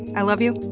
i love you.